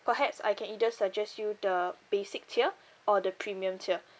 perhaps I can either suggest you the basic tier or the premium tier